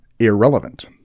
irrelevant